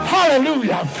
Hallelujah